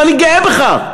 ואני גאה בכך.